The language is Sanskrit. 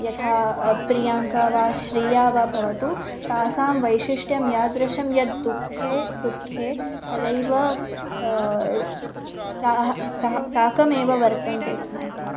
यथा प्रियाङ्का वा श्रिया वा भवतु तासां वैशिष्ट्यं यादृशं यत् दुःखे सुखे सदैव साहा सह साकम् एव वर्तन्ते स्म एते